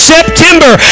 September